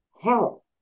help